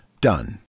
Done